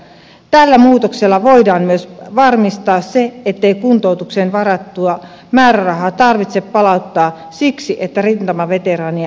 tällä muutoksella voidaan myös varmistaa se ettei kuntoutukseen varattua määrärahaa tarvitse palauttaa siksi että rintamaveteraania ei tavoiteta